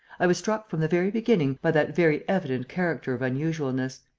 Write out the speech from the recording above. i was struck from the very beginning by that very evident character of unusualness.